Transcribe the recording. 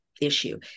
issue